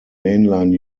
mainline